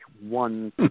one